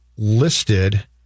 listed